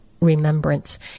remembrance